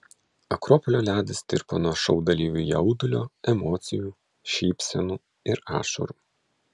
akropolio ledas tirpo nuo šou dalyvių jaudulio emocijų šypsenų ir ašarų